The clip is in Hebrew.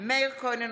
מאיר כהן,